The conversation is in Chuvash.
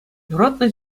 юратнӑ